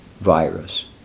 virus